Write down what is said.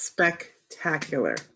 Spectacular